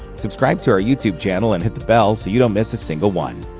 subscribe to our youtube channel and hit the bell so you don't miss a single one.